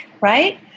right